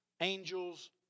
angels